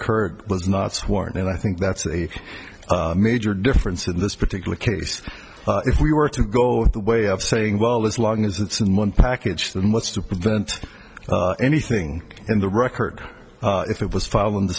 d was not sworn and i think that's a major difference in this particular case if we were to go the way of saying well as long as it's in one package then what's to prevent anything in the record if it was filed in the